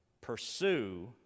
Pursue